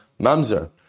Mamzer